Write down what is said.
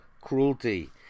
cruelty